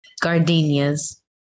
gardenias